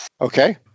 Okay